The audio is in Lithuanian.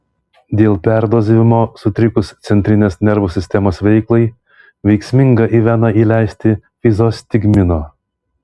dėl perdozavimo sutrikus centrinės nervų sistemos veiklai veiksminga į veną įleisti fizostigmino